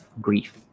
grief